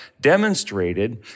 demonstrated